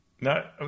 No